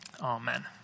Amen